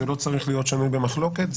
זה לא צריך להיות שנוי במחלוקת,